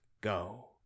go